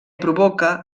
provoca